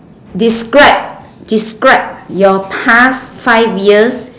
describe describe your past five years